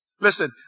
Listen